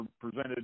presented